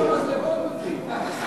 יש גם סכינים ומזלגות בפנים.